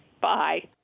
Bye